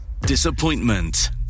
disappointment